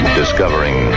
discovering